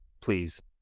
please